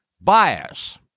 bias